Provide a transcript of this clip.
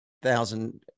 thousand